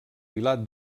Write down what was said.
vilar